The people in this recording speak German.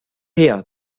her